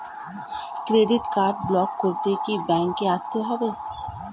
Credit card block করতে কি ব্যাংকে আসতে হবে?